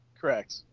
Correct